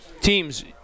Teams